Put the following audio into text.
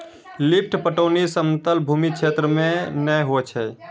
lift पटौनी समतल भूमी क्षेत्र मे नै होय छै